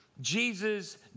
Jesus